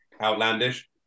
outlandish